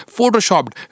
Photoshopped